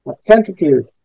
Centrifuge